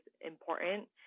important